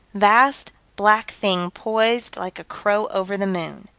vast, black thing poised like a crow over the moon.